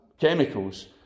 chemicals